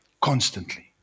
constantly